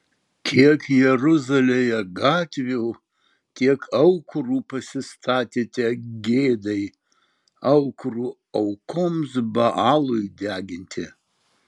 kiek jeruzalėje gatvių tiek aukurų pasistatėte gėdai aukurų aukoms baalui deginti